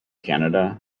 canada